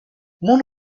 mon